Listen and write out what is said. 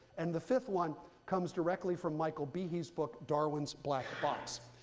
and the fifth one comes directly from michael behe's book, darwin's black box.